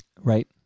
Right